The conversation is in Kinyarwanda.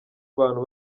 abantu